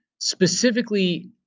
specifically